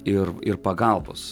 ir ir pagalbos